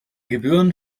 gebühren